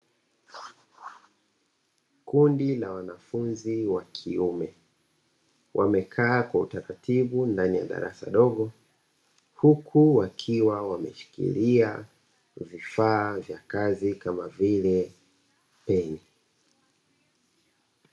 Kundi la wanafunzi wa kiume wamekaa kwa utaratibu ndani ya darasa dogo, huku wakiwa wameshikilia vifaa vya kazi kama vile peni.